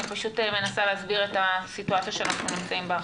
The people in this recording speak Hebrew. אני פשוט מנסה להסביר את הסיטואציה שאנחנו נמצאים בה עכשיו.